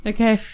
Okay